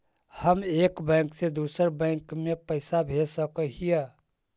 हम एक बैंक से दुसर बैंक में पैसा भेज सक हिय?